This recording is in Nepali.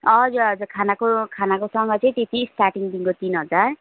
हजुर हजु खानाको खानाकोसँग चाहिँ त्यति स्टार्टिङदेखिको तिन हजार